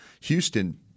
Houston